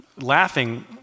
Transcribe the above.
laughing